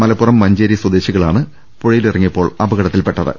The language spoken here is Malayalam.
മലപ്പുറം മഞ്ചേരി സ്വദേശിക ളാണ് പുഴയിലിറങ്ങിയപ്പോൾ അപകടത്തിൽപ്പെട്ടത്